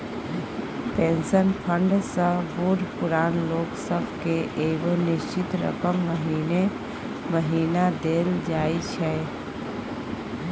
pension fund सँ बूढ़ पुरान लोक सब केँ एगो निश्चित रकम महीने महीना देल जाइ छै